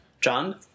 John